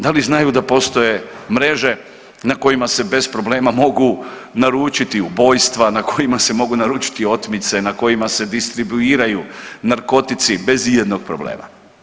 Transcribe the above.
Da li znaju da postoje mreže na kojima se bez problema mogu naručiti ubojstva, na kojima se mogu naručiti otmice, na kojima se distribuiraju narkotici bez i jednog problema.